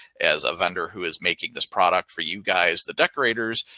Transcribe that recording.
as a vendor who is making this product for you guys. the decorators,